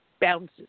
bounces